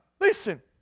Listen